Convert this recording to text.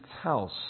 house